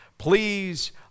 Please